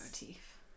motif